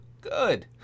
good